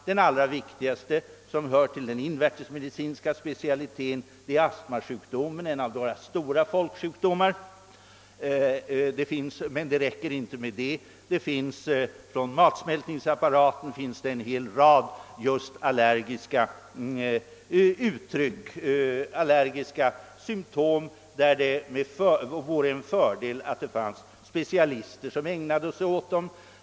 Den allra viktigaste som hör till denna invärtesmedicinska specialitet är astmasjukdomen, en av våra stora folksjukdomar. Men det räcker inte med det. Det finns från matsmältningsapparaten en rad just allergiska symtom, i fråga om vilka det vore en fördel att det funnes specialister som ägnade sig åt dem.